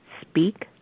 speak